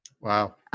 Wow